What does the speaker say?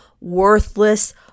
worthless